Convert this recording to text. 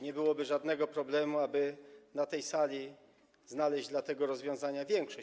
Nie byłoby żadnego problemu, aby na tej sali znaleźć dla tego rozwiązania większość.